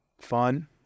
fun